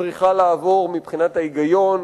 צריכה לעבור מבחינת ההיגיון,